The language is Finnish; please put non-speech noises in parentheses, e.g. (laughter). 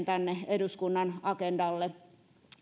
(unintelligible) tänne eduskunnan agendalle